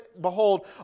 Behold